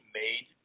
made